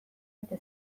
eta